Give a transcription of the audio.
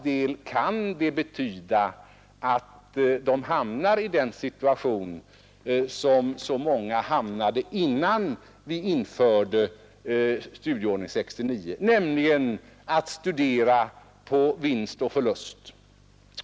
De kan komma i den situation som många hamnade i innan vi införde Studieordning 1969, nämligen att studera pi vinst och förlust.